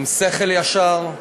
עם שכל ישר,